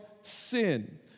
sin